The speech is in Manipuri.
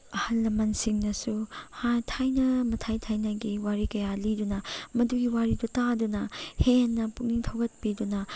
ꯑꯍꯜ ꯂꯃꯝꯟꯁꯤꯡꯅꯁꯨ ꯊꯥꯏꯅ ꯃꯊꯥꯏ ꯊꯥꯏꯅꯒꯤ ꯋꯥꯔꯤ ꯀꯌꯥ ꯂꯤꯗꯨꯅ ꯃꯗꯨꯒꯤ ꯋꯥꯔꯤꯗꯨ ꯇꯥꯗꯨꯅ ꯍꯦꯟꯅ ꯄꯨꯛꯅꯤꯡ ꯊꯧꯒꯠꯄꯤꯗꯨꯅ